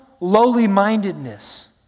lowly-mindedness